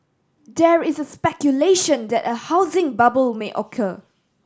there is speculation that a housing bubble may occur